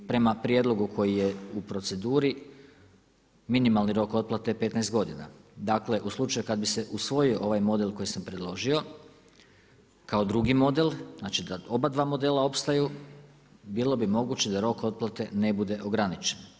Prema prijedlogu koji je u proceduri, minimalni rok otplate je 15 godina. dakle u slučaju kad bi se usvojio ovaj model koji sam predložio, kao drugi model, znači kad oba dva modela opstaju, bilo bi moguće da rok otplate ne bude ograničen.